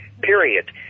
period